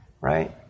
Right